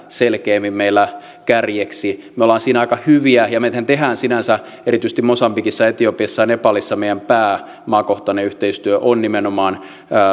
selkeämmin meillä kärjeksi me olemme siinä aika hyviä ja sinänsä erityisesti mosambikissa etiopiassa ja nepalissa meidän maakohtainen pääyhteistyömme on nimenomaan